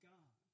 God